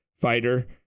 fighter